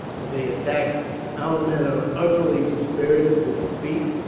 if they attacked it. our men are utterly dispirited with defeat.